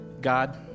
God